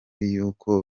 yuko